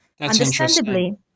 understandably